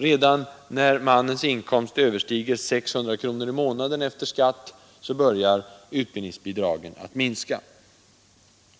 Redan när mannens inkomst överstiger 600 kronor per månad efter skatt börjar utbildningsbidraget att minska.